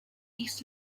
east